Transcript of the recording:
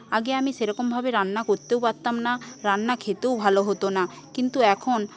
আগে আমি সেরকমভাবে রান্না করতেও পারতাম না রান্না খেতেও ভালো হত না কিন্তু এখন